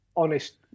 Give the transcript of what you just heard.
honest